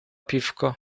piwko